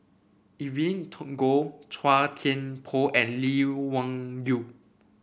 Evelyn Goh Chua Thian Poh and Lee Wung Yew